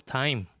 time